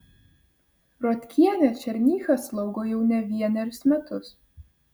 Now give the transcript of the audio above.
rotkienė černychą slaugo jau ne vienerius metus